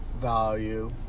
value